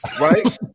right